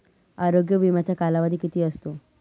आरोग्य विम्याचा कालावधी किती असतो?